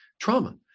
trauma